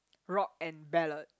rock and ballad